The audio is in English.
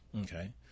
Okay